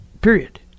Period